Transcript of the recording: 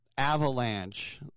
Avalanche